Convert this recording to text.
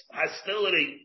hostility